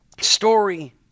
story